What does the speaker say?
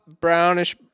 Brownish